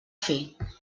fer